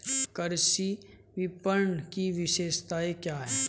कृषि विपणन की विशेषताएं क्या हैं?